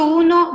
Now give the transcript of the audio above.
uno